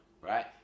right